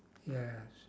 yes